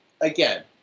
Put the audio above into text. again